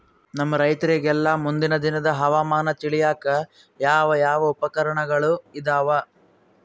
ನಮ್ಮ ರೈತರಿಗೆಲ್ಲಾ ಮುಂದಿನ ದಿನದ ಹವಾಮಾನ ತಿಳಿಯಾಕ ಯಾವ ಉಪಕರಣಗಳು ಇದಾವ?